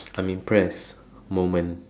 I'm impressed moment